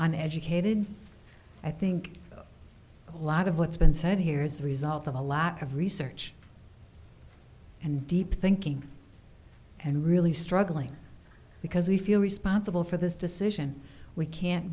an educated i think a lot of what's been said here is a result of a lack of research and deep thinking and really struggling because we feel responsible for this decision we can't